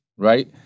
right